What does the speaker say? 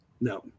no